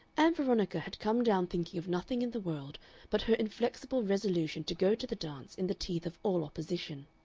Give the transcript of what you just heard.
ann veronica had come down thinking of nothing in the world but her inflexible resolution to go to the dance in the teeth of all opposition.